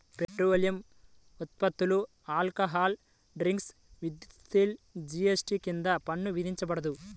petroleum ఉత్పత్తులు, alcoholic drinks, విద్యుత్పై GST కింద పన్ను విధించబడదు